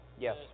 Yes